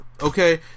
Okay